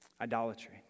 Idolatry